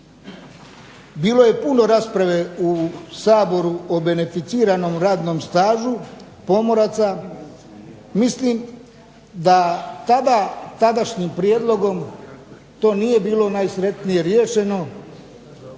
bilo je puno rasprave u Saboru o beneficiranom radnom stažu pomoraca mislim da tada tadašnjim prijedlogom to nije bilo najsretnije riješeno